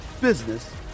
business